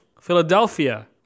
Philadelphia